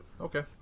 okay